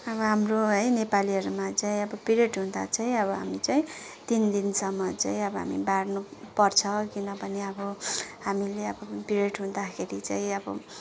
अब हाम्रो है नेपालीहरूमा चाहिँ अब पिरियड हुँदा चाहिँ अब हामी चाहिँ तिन दिनसम्म चाहिँ अब हामीले बार्नुपर्छ किनभने अब हामीले अब पिरियड हुँदाखेरि चाहिँ अब